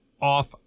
off